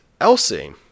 Elsie